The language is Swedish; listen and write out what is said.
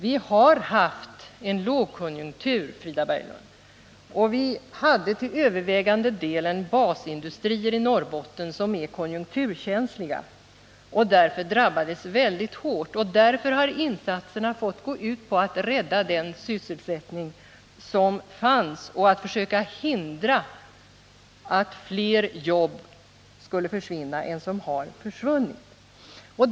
Vi har haft en lågkonjunktur, Frida Berglund. Vi har till övervägande del haft basindustrier i Norrbotten. De är konjunkturkänsliga, och de drabbades synnerligen hårt. Insatserna har därför främst fått gå ut på att försöka rädda den sysselsättning som fanns där och på att hindra att fler jobb skulle försvinna än som redan har försvunnit.